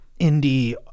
indie